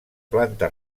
planta